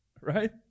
right